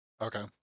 Okay